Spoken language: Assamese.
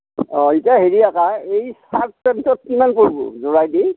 অঁ এতিয়া হেৰি একা এই চাৰ্ট দুটাৰ ভিতৰত কিমান পৰিব যোৰা দি